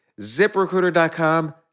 ZipRecruiter.com